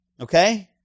Okay